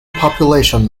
population